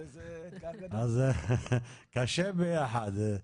קשה ביחד.